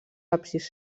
absis